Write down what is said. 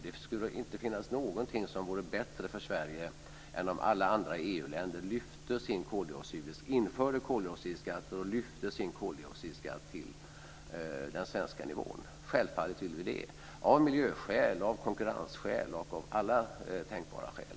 Det skulle inte finnas någonting som vore bättre för Sverige än om alla andra EU-länder införde koldioxidskatt och lyfte sin koldioxidskatt till den svenska nivån. Självfallet vill vi det, av miljöskäl, av konkurrensskäl och av alla tänkbara skäl.